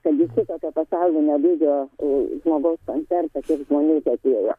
kad į šitokio pasaulinio lygio žmogaus koncertą tiek žmonių teatėjo